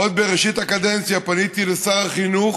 עוד בראשית הקדנציה פניתי לשר החינוך